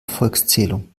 volkszählung